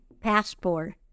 passport